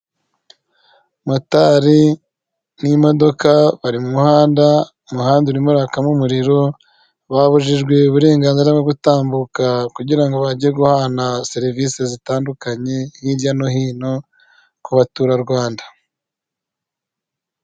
Motari n'imodoka bari mu muhanda, umuhanda urimo urakamo umuriro babujijwe uburenganzira bwo gutambuka kugira ngo bajye guhana serivisi zitandukanye, hirya no hino ku baturarwanda.